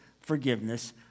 forgiveness